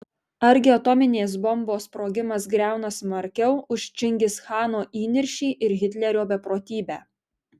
argi atominės bombos sprogimas griauna smarkiau už čingischano įniršį ir hitlerio beprotybę